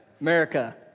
America